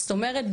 זאת אומרת,